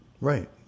right